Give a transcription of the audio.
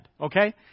okay